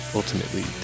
ultimately